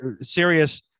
serious